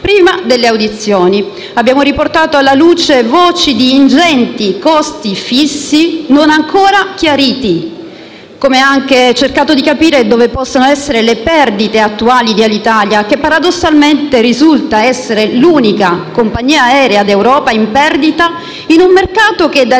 prima delle audizioni. Abbiamo riportato alla luce voci di ingenti costi fissi non ancora chiariti ed abbiamo anche cercato di capire dove possono essere le perdite attuali di Alitalia, che paradossalmente risulta essere l'unica compagnia aerea d'Europa in perdita, in un mercato che da